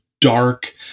dark